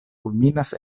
kulminas